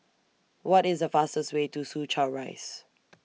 What IS The fastest Way to Soo Chow Rise